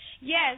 yes